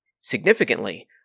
Significantly